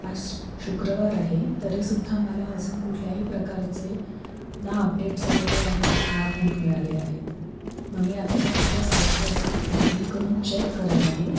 आज शुक्रवार आहे तरी सुद्धा मला अजून कुठल्याही प्रकारचे ना अपडेट्स आलेले आहेत ना बूट मिळाले आहेत मग मी आत्ता तुमच्या साईटवर जाऊन लॉग इन करून चेक करत आहे